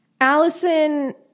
Allison